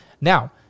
Now